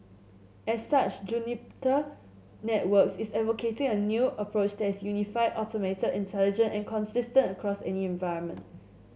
as such Networks is advocating a new approach that is unified automated intelligent and consistent across any environment